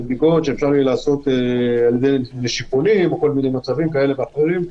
עם בדיקות שאפשר יהיה לעשות בכל מיני מצבים כאלה ואחרים.